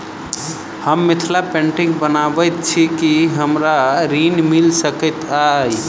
हम मिथिला पेंटिग बनाबैत छी की हमरा ऋण मिल सकैत अई?